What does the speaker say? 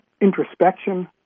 introspection